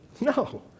No